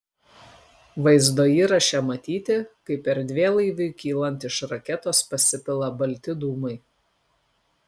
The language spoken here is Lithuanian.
vaizdo įraše matyti kaip erdvėlaiviui kylant iš raketos pasipila balti dūmai